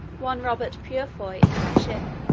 one robert purefoy, into my ship.